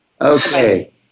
Okay